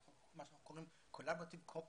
מה שאנחנו קוראים collaborative competencies,